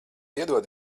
iedod